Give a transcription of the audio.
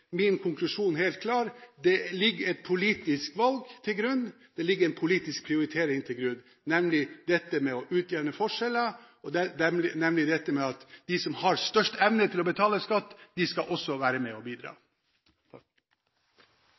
min konklusjon helt klar: Det ligger et politisk valg til grunn. Det ligger en politisk prioritering til grunn, nemlig dette med å utjevne forskjeller, dette med at de som har størst evne til å betale skatt, også skal være med og bidra.